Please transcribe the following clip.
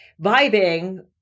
vibing